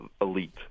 elite